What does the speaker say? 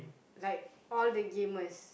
like all the gamers